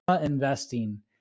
Investing